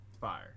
Fire